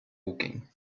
woking